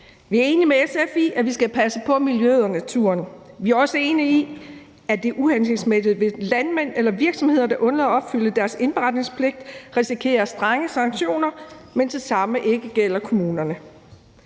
Vi er enige med SF i, at vi skal passe på miljøet og naturen. Vi er også enige i, at det er uhensigtsmæssigt, hvis landmænd eller virksomheder, der undlader at opfylde deres indberetningspligt, risikerer strenge sanktioner, mens det samme ikke gælder kommunerne.